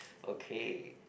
okay